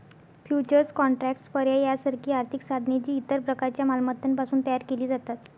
futures contracts, पर्याय यासारखी आर्थिक साधने, जी इतर प्रकारच्या मालमत्तांपासून तयार केली जातात